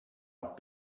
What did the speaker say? amb